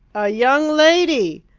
a young lady!